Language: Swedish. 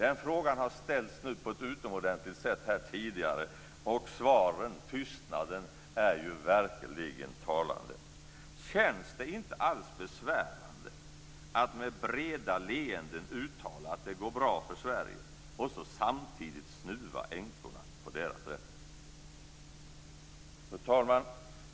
Den frågan har på ett utomordentligt ställts här tidigare, och svaren, tystnaden, är verkligen talande. Känns det inte alls besvärande att med breda leenden uttala att det går bra för Sverige och samtidigt snuva änkorna på deras rätt? Fru talman!